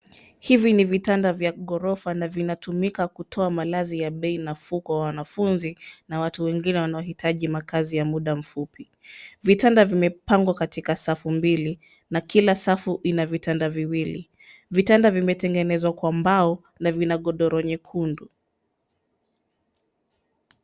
Hivi ni vitanda vya gorofa na vina tumika kutoa malazi ya bei nafuu kwa wanafunzi na watu wengine wanaohitaji makazi ya muda mfupi. Vitanda vime pangwa katika safu mbili na kila safu ina vitanda viwili. Vitanda vimetengezwa kwa mbao na vina godoro nyekundu.